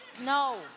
No